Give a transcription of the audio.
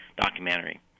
documentary